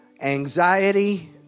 anxiety